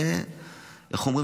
איך אומרים?